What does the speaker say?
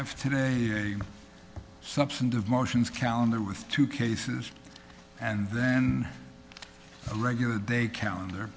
i've had a substantive motions calendar with two cases and then a regular day calendar